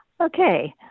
okay